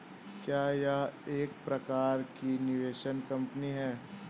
क्या यह एक प्रकार की निवेश कंपनी है?